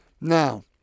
Now